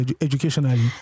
educationally